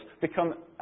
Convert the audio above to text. become